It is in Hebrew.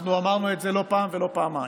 אנחנו אמרנו את זה לא פעם ולא פעמיים.